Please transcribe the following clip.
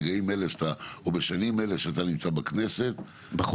ברגעים אלה או בשנים אלה שאתה נמצא בכנסת --- בחודשים,